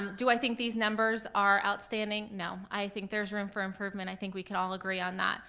do i think these numbers are outstanding? no, i think there's room for improvement, i think we could all agree on that.